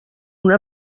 una